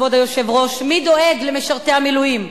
כבוד היושב-ראש: מי דואג למשרתי המילואים?